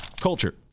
Culture